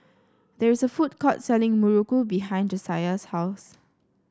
there is a food court selling muruku behind Jasiah's house